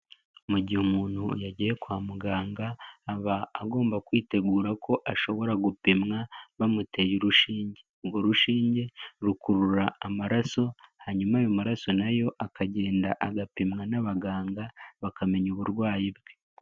Mu gihe umuntu yagiye kwa muganga aba agomba kwitegura ko ashobora gupimwa bamuteye urushinge. Urwo rushinge rukurura amaraso hanyuma ayo maraso nayo akagenda agapimwa n'abaganga bakamenya uburwayi bwe.